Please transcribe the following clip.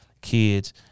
kids